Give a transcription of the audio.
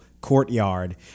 courtyard